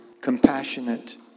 compassionate